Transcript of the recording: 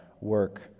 work